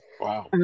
Wow